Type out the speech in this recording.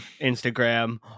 Instagram